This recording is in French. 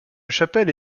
chapelle